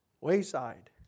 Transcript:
Wayside